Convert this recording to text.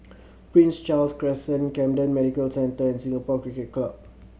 Prince Charles Crescent Camden Medical Centre and Singapore Cricket Club